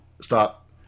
Stop